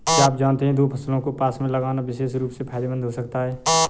क्या आप जानते है दो फसलों को पास में लगाना विशेष रूप से फायदेमंद हो सकता है?